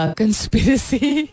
conspiracy